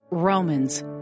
Romans